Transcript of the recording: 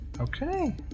Okay